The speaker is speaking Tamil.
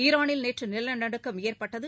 ஈராளில் நேற்றுநிலநடுக்கம் ஏற்பட்டது